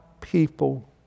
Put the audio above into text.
people